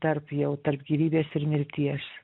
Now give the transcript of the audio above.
tarp jau tarp gyvybės ir mirties